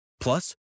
Plus